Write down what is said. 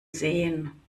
sehen